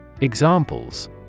Examples